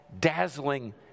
dazzling